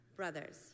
Brothers